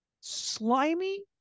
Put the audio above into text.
slimy